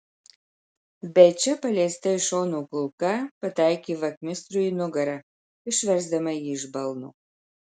bet čia paleista iš šono kulka pataikė vachmistrui į nugarą išversdama jį iš balno